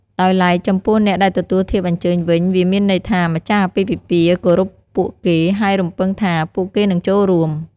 ដោយឡែកចំពោះអ្នកដែលទទួលធៀបអញ្ចើញវិញ វាមានន័យថា ម្ចាស់អាពាហ៍ពិពាហ៍គោរពពួកគេ ហើយរំពឹងថា ពួកគេនឹងចូលរួម។